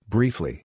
Briefly